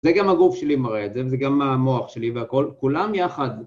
זה גם הגוף שלי מראה את זה, וזה גם המוח שלי והכול, כולם יחד.